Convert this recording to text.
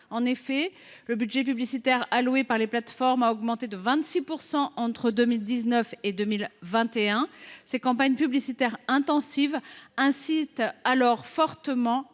Ainsi, le budget publicitaire des plateformes a augmenté de 26 % entre 2019 et 2021. Ces campagnes publicitaires intensives incitent fortement